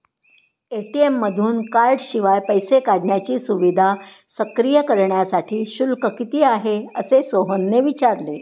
ATM मधून कार्डशिवाय पैसे काढण्याची सुविधा सक्रिय करण्यासाठी शुल्क किती आहे, असे सोहनने विचारले